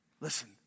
listen